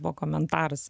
buvo komentaras